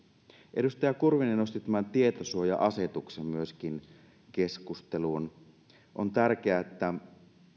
edustaja kurvinen nosti tämän tietosuoja asetuksen myöskin keskusteluun ja on tärkeää että